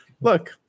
look